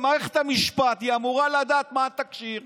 במערכת המשפט היא אמורה לדעת מה התקשי"ר